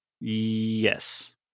Yes